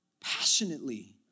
passionately